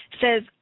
says